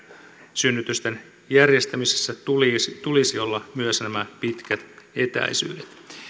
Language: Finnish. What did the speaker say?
synnytysten järjestämisessä tulisi tulisi olla myös nämä pitkät etäisyydet